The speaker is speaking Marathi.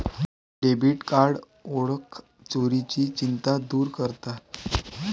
डेबिट कार्ड ओळख चोरीची चिंता दूर करतात